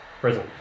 prison